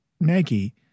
Maggie